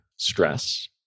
Stress